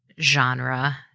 genre